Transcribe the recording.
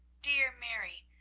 dear mary,